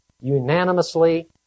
unanimously